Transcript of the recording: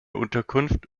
unterkunft